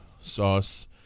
Sauce